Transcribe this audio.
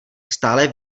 stále